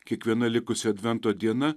kiekviena likusi advento diena